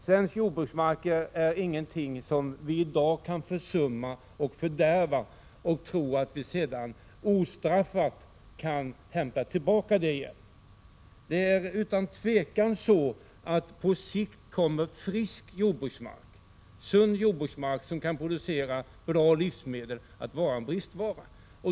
Svensk jordbruksmark är ingenting som vi i dag kan försumma och fördärva, i tron att vi senare ostraffat skall kunna hämta tillbaka värdet igen. På sikt kommer utan tvivel sund jordbruksmark som kan producera bra livsmedel att vara en bristvara.